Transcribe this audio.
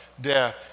death